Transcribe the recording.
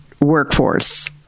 workforce